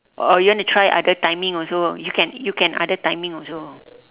or you want to try other timing also you can you can other timing also